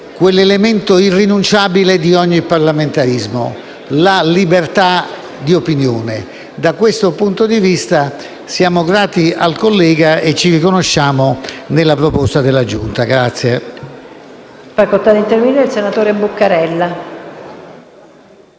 l'elemento irrinunciabile di ogni parlamentarismo: la libertà di opinione. Da questo punto di vista, siamo grati al collega e ci riconosciamo nella proposta della Giunta.